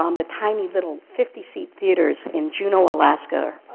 um the tiny little fifty seat theatres in juneau, alaska,